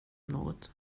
något